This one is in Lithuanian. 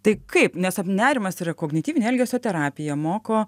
tai kaip netapti nerimas yra kognityvinė elgesio terapija moko